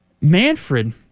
Manfred